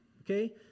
okay